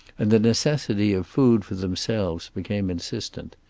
and the necessity of food for themselves became insistent.